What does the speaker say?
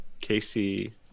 casey